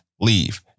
leave